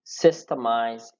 systemize